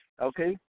okay